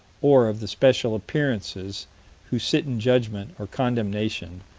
or of the spectral appearances who sit in judgment, or condemnation,